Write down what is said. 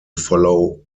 follow